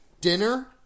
dinner